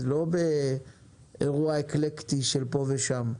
לא באירוע אקלקטי של פה ושם,